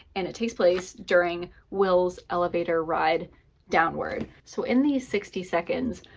and it takes place during will's elevator ride downward. so in these sixty seconds,